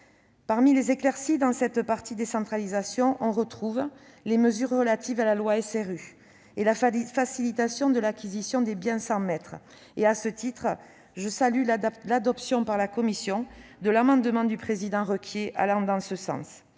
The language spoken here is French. Parmi les éclaircies dans cette partie relative à la décentralisation, on trouve les mesures relatives à la loi SRU et à la facilitation de l'acquisition des biens sans maître. À ce titre, je salue l'adoption par la commission de l'amendement du président Requier allant en ce sens.